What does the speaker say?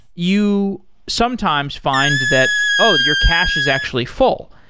you sometimes find that, oh! your cache is actually full,